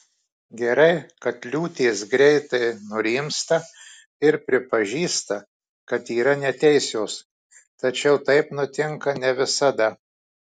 gerai kad liūtės greitai nurimsta ir pripažįsta kad yra neteisios tačiau taip nutinka ne visada